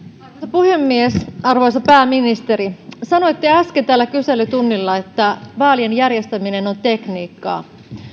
puhemies arvoisa pääministeri sanoitte äsken täällä kyselytunnilla että vaalien järjestäminen on tekniikkaa